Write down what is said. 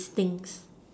it stinks